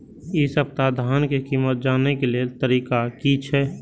इ सप्ताह धान के कीमत जाने के लेल तरीका की छे?